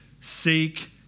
seek